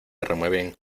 remueven